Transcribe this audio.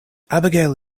abigail